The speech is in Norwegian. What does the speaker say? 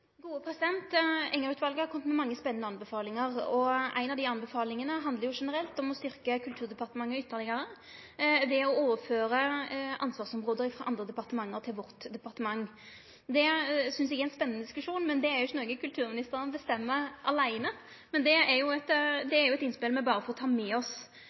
har kome med mange spanande anbefalingar, og ei av dei anbefalingane handlar generelt om å styrkje Kulturdepartementet ytterlegare ved å overføre ansvarsområde frå andre departement til vårt departement. Det synest eg er ein spanande diskusjon, men det er jo ikkje noko kulturministaren bestemmer åleine, så det er eit innspel me berre får ta med oss.